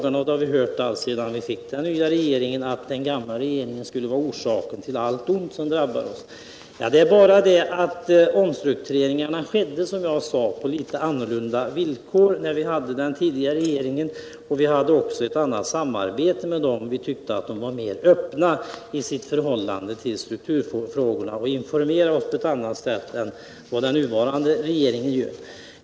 Alltsedan vi fick den nya regeringen har vi hört att den gamla regeringen skulle vara orsaken till allt ont som drabbar oss. Men som jag sade skedde omstruktureringarna på litet annorlunda villkor under den tidigare regeringen. Vi hade också ett annat samarbete med den. Vi tyckte man i den var litet mer öppen i sitt förhållande till strukturfrågorna och informerade oss på ett annat sätt än den nuvarande regeringen gör.